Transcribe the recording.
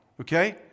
Okay